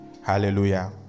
Hallelujah